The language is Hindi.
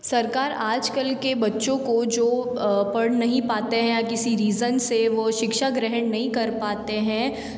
सरकार आज कल के बच्चों को जो पढ़ नहीं पाते हैं या किसी रीज़न से वो शिक्षा ग्रहण नहीं कर पाते हैं